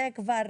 זה כבר